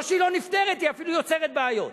לא שהיא לא נפתרת, היא אפילו יוצרת בעיות.